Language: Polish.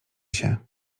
się